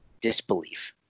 disbelief